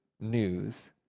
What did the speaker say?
news